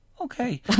Okay